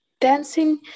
dancing